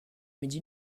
midi